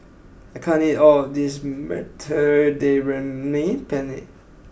I can't eat all of this Mediterranean Penne